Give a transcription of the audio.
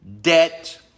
debt